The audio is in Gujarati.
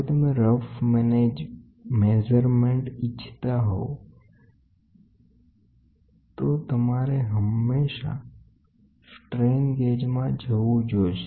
જો તમે રફ મેજરમેન્ટ ઇચ્છતા હોવ તો તમારે હંમેશા સ્ટ્રેન ગેજ લોડ સેલ તરફ જવું જોશે